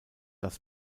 das